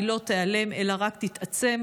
היא לא תיעלם אלא רק תתעצם,